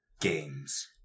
games